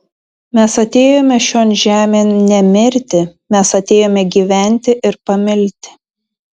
mes atėjome šion žemėn ne mirti mes atėjome gyventi ir pamilti